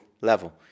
level